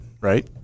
right